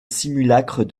simulacre